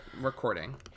recording